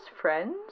friends